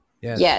Yes